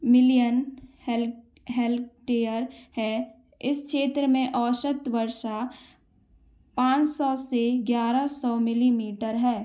million हैल hectare है इस क्षेत्र में औसत वर्षा पाँच सौ से ग्यारह सौ मिलीमीटर है